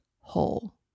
whole